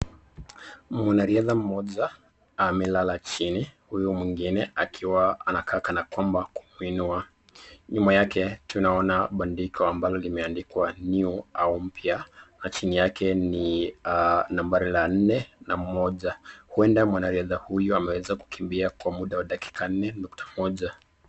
Mwanariadha mmoja amelala chini, huyu mwingine akiwa kanakwamba kumuinua. Nyuma yake tunaona bandiko ambalo limeandikwa New au mpya na chini yake ni nambari la nne na moja. Huenda mwanariadha huyu ameweza kukimbia kwa muda wa dakika nne nukta moja.